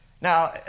Now